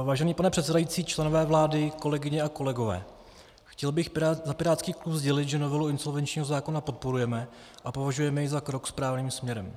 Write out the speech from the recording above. Vážený pane předsedající, členové vlády, kolegyně a kolegové, chtěl bych za pirátský klub sdělit, že novelu insolvenčního zákona podporujeme a považujeme ji za krok správným směrem.